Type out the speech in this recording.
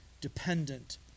dependent